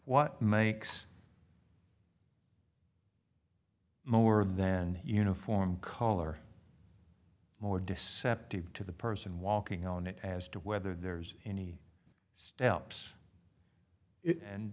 what makes more then uniform color more deceptive to the person walking on it as to whether there's any steps and